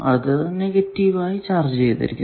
അടുത്ത് നെഗറ്റീവ് ആയി ചാർജ് ചെയ്തിരിക്കുന്നു